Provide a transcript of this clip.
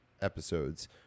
episodes